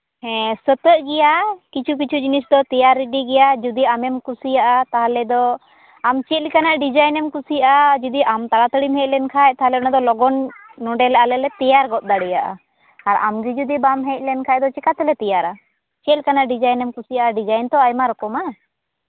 ᱦᱮᱸ ᱥᱟᱹᱛᱟᱹᱜ ᱜᱮᱭᱟ ᱠᱤᱪᱷᱩ ᱠᱤᱪᱷᱩ ᱡᱤᱱᱤᱥ ᱫᱚ ᱛᱮᱭᱟᱨ ᱨᱮᱰᱤ ᱜᱮᱭᱟ ᱡᱩᱫᱤ ᱟᱢᱮᱢ ᱠᱩᱥᱤᱭᱟᱜᱼᱟ ᱛᱟᱦᱚᱞᱮ ᱫᱚ ᱟᱢ ᱪᱮᱫ ᱞᱮᱠᱟᱱᱟᱜ ᱰᱤᱡᱟᱭᱤᱱ ᱮᱢ ᱠᱩᱥᱤᱭᱟᱜᱼᱟ ᱡᱩᱫᱤ ᱟᱢ ᱛᱟᱲᱟ ᱛᱟᱲᱤᱢ ᱦᱮᱡ ᱞᱮᱱᱠᱷᱟᱚ ᱛᱟᱦᱚᱞᱮ ᱚᱱᱟᱫᱚ ᱞᱚᱜᱚᱱ ᱱᱚᱰᱮᱞᱮ ᱟᱞᱮᱞᱮ ᱛᱮᱭᱟᱨ ᱜᱚᱫ ᱫᱟᱲᱮᱭᱟᱜᱼᱟ ᱟᱨ ᱟᱢᱜᱮ ᱡᱩᱫᱤ ᱵᱟᱢ ᱦᱮᱡ ᱞᱮᱱᱠᱷᱟᱱ ᱫᱚ ᱪᱤᱠᱟᱹ ᱛᱮᱞᱮ ᱛᱮᱭᱟᱨᱟ ᱪᱮᱫ ᱞᱮᱠᱟᱱᱟᱜ ᱰᱤᱡᱟᱭᱤᱱ ᱮᱢ ᱠᱩᱥᱤᱭᱟᱜᱼᱟ ᱰᱤᱡᱟᱭᱤᱱ ᱛᱚ ᱟᱭᱢᱟ ᱨᱚᱠᱚᱢᱟ